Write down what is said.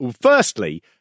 Firstly